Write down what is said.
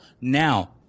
Now